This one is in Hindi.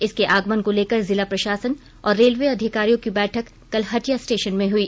इसके आगमन को लेकर जिला प्रशासन और रेलवे अधिकारियों की बैठक कल हटिया स्टेशन में हई